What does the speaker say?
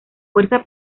fuerza